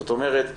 זאת אומרת,